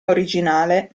originale